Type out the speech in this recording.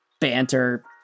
banter